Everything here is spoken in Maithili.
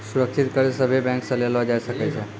सुरक्षित कर्ज सभे बैंक से लेलो जाय सकै छै